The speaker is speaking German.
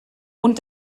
und